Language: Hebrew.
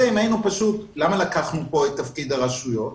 למה לקחנו פה את תפקיד הרשויות?